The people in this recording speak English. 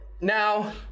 now